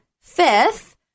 fifth